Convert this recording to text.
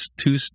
two